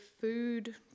food